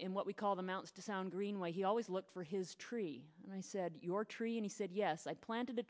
in what we call the mount to sound green way he always looked for his tree and i said your tree and he said yes i planted